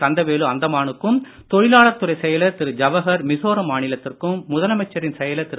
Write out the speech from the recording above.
கந்தவேலு அந்தமானுக்கும் தொழிலாளர் துறை செயலர் திரு ஜவஹர் மிசோரம் மாநிலத்திற்கும் முதலமைச்சரின் செயலர் திரு